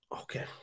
okay